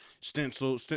stencil